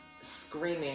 screaming